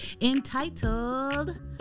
entitled